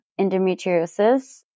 endometriosis